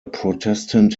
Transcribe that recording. protestant